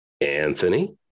Anthony